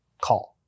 call